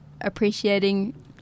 appreciating